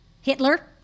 Hitler